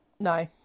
No